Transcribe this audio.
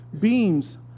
beams